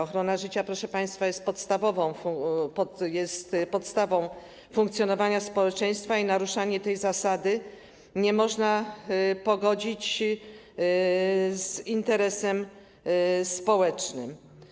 Ochrona życia, proszę państwa, jest podstawą funkcjonowania społeczeństwa i naruszania tej zasady nie można pogodzić z interesem społecznym.